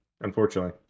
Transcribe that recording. unfortunately